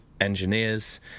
engineers